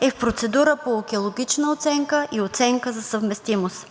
е в процедура по екологична оценка и оценка за съвместимост.